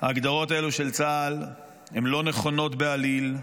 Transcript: ההגדרות האלה של צה"ל הן לא נכונות בעליל.